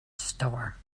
star